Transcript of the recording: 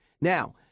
Now